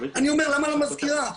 אני אומר למה למזכירה?